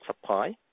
supply